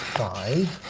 five,